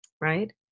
right